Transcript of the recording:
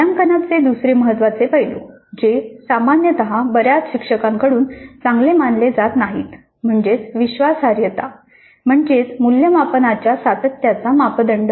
मूल्यांकनाचे दुसरे महत्त्वाचे पैलू जे सामान्यत बऱ्याच शिक्षकांकडून चांगले मानले जात नाही म्हणजे विश्वासार्हता म्हणजेच मूल्यमापनाच्या सातत्याचा मापदंड